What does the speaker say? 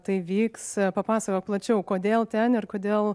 tai vyks papasakok plačiau kodėl ten ir kodėl